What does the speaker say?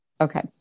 Okay